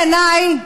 בעיניי,